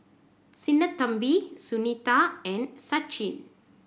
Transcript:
Sinnathamby Sunita and Sachin